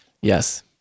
Yes